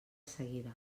seguida